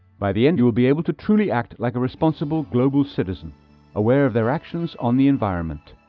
by the end, you will be able to truly act like a responsible global citizen aware of their actions on the environment.